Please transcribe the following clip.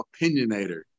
opinionator